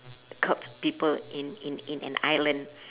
cult people in in in an island